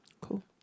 Cool